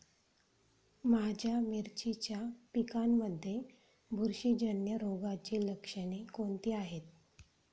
माझ्या मिरचीच्या पिकांमध्ये बुरशीजन्य रोगाची लक्षणे कोणती आहेत?